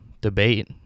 debate